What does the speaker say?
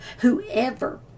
whoever